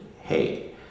hey